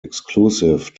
exclusive